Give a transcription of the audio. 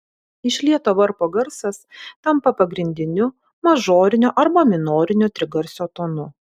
išlieto varpo garsas tampa pagrindiniu mažorinio arba minorinio trigarsio tonu